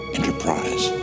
Enterprise